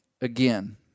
again